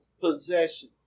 possession